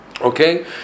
okay